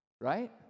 right